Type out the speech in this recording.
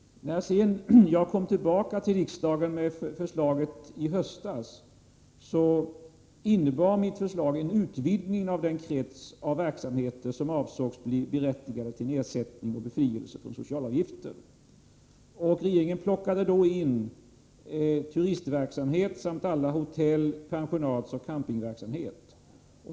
När jag sedan kom tillbaka till riksdagen med förslaget i höstas, innebar mitt förslag en utvidgning av den krets av verksamheter som avsågs bli berättigade till nedsättning av och befrielse från sociala avgifter. Regeringen plockade då in hotell, campingverksamhet och annan turistverksamhet.